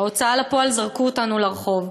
ההוצאה לפועל זרקו אותנו לרחוב,